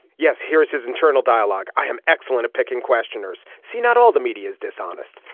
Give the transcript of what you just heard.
yes here's his internal dialogue i am excellent at picking questioners see not all the media is dishonest.